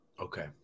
Okay